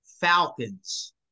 Falcons